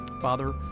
Father